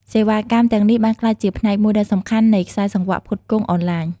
សេវាកម្មទាំងនេះបានក្លាយជាផ្នែកមួយដ៏សំខាន់នៃខ្សែសង្វាក់ផ្គត់ផ្គង់អនឡាញ។